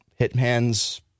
Hitman's